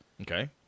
Okay